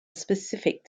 specific